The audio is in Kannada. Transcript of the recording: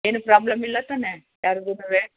ಏನೂ ಪ್ರಾಬ್ಲಮ್ ಇಲ್ಲ ತಾನೇ ಯಾರಿಗುನುವೇ